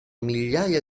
migliaia